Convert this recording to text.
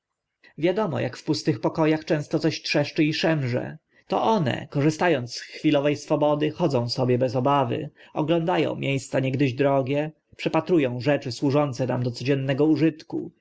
wiadomo ak w pustych poko ach często coś trzeszczy i szemrze to one korzysta ąc z chwilowe swobody chodzą sobie bez obawy ogląda ą mie sca niegdyś drogie przepatru ą rzeczy służące nam do codziennego użytku